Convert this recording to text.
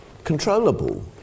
controllable